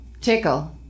Tickle